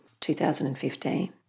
2015